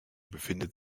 befindet